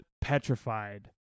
petrified